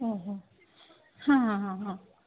ଓହୋ ହଁ ହଁ ହଁ